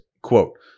quote